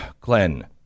Glenn